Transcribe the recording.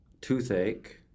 toothache